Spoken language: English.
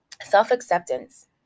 Self-acceptance